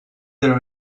there